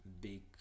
big